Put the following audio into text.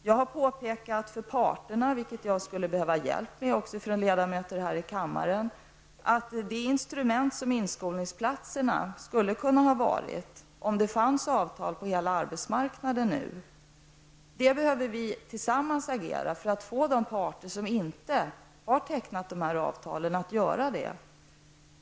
Jag har påpekat för parterna, och det är något som jag skulle behöva hjälp med också från ledamöter här i kammaren, att vi när det gäller det instrument som inskolningsplatserna skulle ha kunnat vara, om det fanns avtal för hela arbetsmarknaden, tillsammans behöver agera för att få de parter som inte har tecknat de här avtalen att göra det.